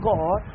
God